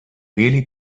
really